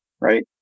right